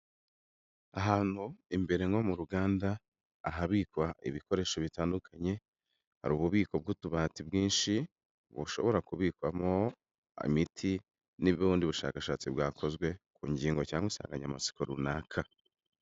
Ahantu imbere nko mu ruganda ahabikwa ibikoresho bitandukanye, hari ububiko bw'utubati bwinshi bushobora kubikwamo imiti n'ubundi bushakashatsi bwakozwe ku ngingo cyangwa insanganyamatsiko runaka.